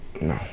No